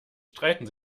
streiten